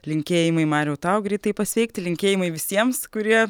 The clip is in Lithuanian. linkėjimai mariau tau greitai pasveikti linkėjimai visiems kurie